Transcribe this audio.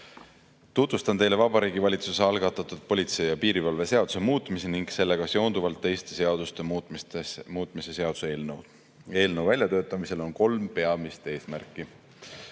Tutvustan teile Vabariigi Valitsuse algatatud politsei ja piirivalve seaduse muutmise ning sellega seonduvalt teiste seaduste muutmise seaduse eelnõu. Eelnõu väljatöötamisel on kolm peamist eesmärki.